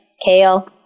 Kale